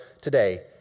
today